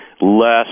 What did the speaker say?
less